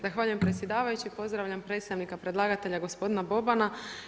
Zahvaljujem predsjedavajući, pozdravljam predstavnika predlagatelja, gospodina Bobana.